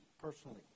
personally